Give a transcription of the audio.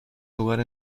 lugar